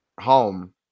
home